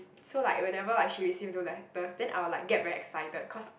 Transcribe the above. so like whenever like she receive those letters then I will like get very excited cause